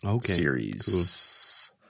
series